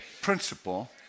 principle